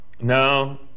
No